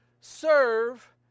serve